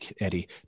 Eddie